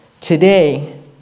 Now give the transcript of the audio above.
Today